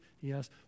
Yes